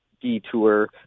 detour